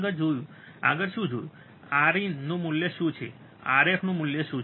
આગળ આપણે આગળ શું જોવાનું છે Rin નું મૂલ્ય શું છે Rf નું મૂલ્ય શું છે